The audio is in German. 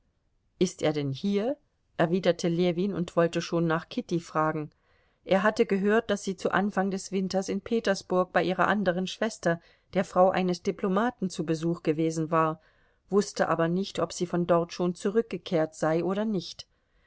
ist er denn hier erwiderte ljewin und wollte schon nach kitty fragen er hatte gehört daß sie zu anfang des winters in petersburg bei ihrer anderen schwester der frau eines diplomaten zu besuch gewesen war wußte aber nicht ob sie von dort schon zurückgekehrt sei oder nicht